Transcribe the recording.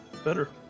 better